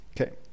Okay